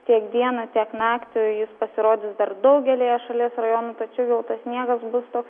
tiek dieną tiek naktį jis pasirodys dar daugelyje šalies rajonų tačiau jau tas sniegas bus toks